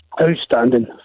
outstanding